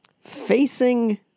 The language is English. facing